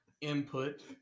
input